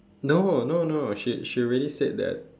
no no no she she already said that